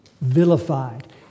vilified